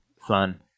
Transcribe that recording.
fun